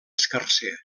escarser